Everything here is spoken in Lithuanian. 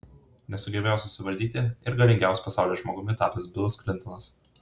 nesugebėjo susivaldyti ir galingiausiu pasaulyje žmogumi tapęs bilas klintonas